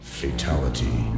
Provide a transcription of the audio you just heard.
fatality